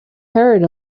heard